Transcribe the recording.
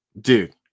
dude